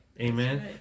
Amen